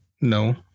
No